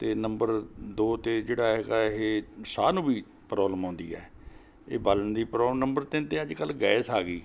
ਅਤੇ ਨੰਬਰ ਦੋ 'ਤੇ ਜਿਹੜਾ ਹੈਗਾ ਇਹ ਸਾਹ ਨੂੰ ਵੀ ਪ੍ਰੋਬਲਮ ਆਉਂਦੀ ਹੈ ਇਹ ਬਾਲਣ ਦੀ ਪ੍ਰੋਲਮ ਨੰਬਰ ਤਿੰਨ 'ਤੇ ਅੱਜ ਕੱਲ੍ਹ ਗੈਸ ਆ ਗਈ